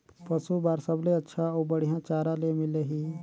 पशु बार सबले अच्छा अउ बढ़िया चारा ले मिलही?